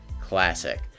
Classic